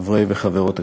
חברי וחברות הכנסת,